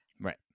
Right